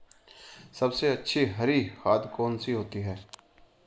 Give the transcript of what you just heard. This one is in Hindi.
सबसे अच्छी हरी खाद कौन सी होती है?